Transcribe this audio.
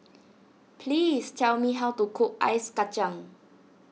please tell me how to cook Ice Kacang